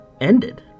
ended